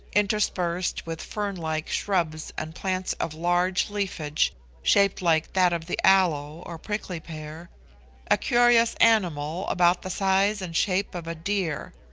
interspersed with fern-like shrubs and plants of large leafage shaped like that of the aloe or prickly-pear a curious animal about the size and shape of a deer.